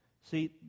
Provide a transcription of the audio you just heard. See